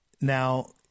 Now